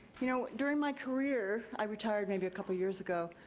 you know during my career, i retired maybe a couple years ago.